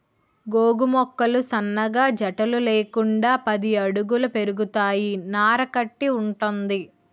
గోగు మొక్కలు సన్నగా జట్టలు లేకుండా పది అడుగుల పెరుగుతాయి నార కట్టి వుంటది